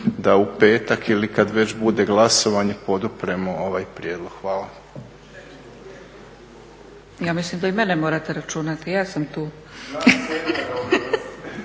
da u petak ili kad već bude glasovanje podupremo ovaj prijedlog. Hvala. **Zgrebec, Dragica (SDP)** Ja mislim da i mene morate računati, ja sam tu.